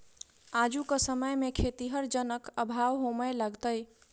आजुक समय मे खेतीहर जनक अभाव होमय लगलै